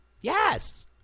Yes